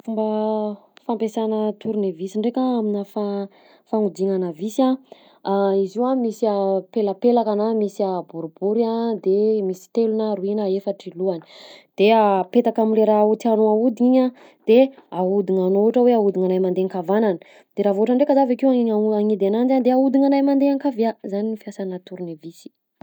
Fomba fampiasana tournevis ndraika aminà fa- fagnodinana visy a: izy io a misy pelapelaka na misy boribory a de misy telo na roy na efatry lohany; de apetaka am'le raha ho tianao ahodigna igny a de ahodignanao ohatra hoe ahodignanahy mandeha nkavanana de raha vao ohatra ndraika za avy akeo agnina ho- hagnidy ananjy a de ahodignanahy mandeha ankavià, zany ny fiasanà tournevis.